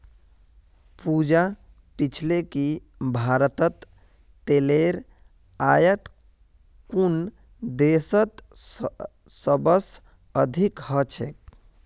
पूजा पूछले कि भारतत तेलेर आयात कुन देशत सबस अधिक ह छेक